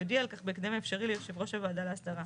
יודיע על כך בהקדם האפשרי ליושב ראש הוועדה להסדרה.